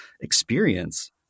experience